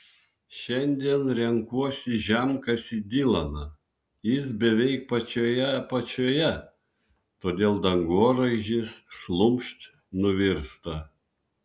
šiandien renkuosi žemkasį dilaną jis beveik pačioje apačioje todėl dangoraižis šlumšt nuvirsta